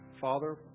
Father